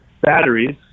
batteries